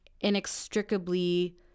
inextricably